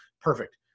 Perfect